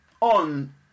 on